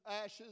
ashes